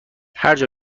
هرجا